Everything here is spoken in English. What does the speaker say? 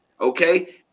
okay